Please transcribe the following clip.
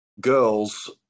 girls